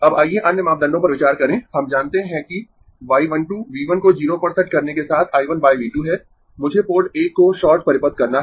अब आइए अन्य मापदंडों पर विचार करें हम जानते है कि y 1 2 V 1 को 0 पर सेट करने के साथ I 1 V 2 है मुझे पोर्ट 1 को शॉर्ट परिपथ करना है